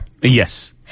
Yes